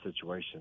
situation